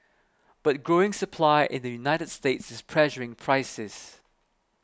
but growing supply in the United States is pressuring prices